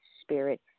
spirit